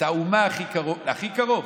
הכי קרוב.